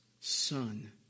Son